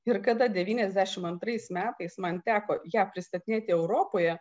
ir kada devyniasdešimt antrais metais man teko ją pristatinėti europoje